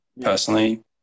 personally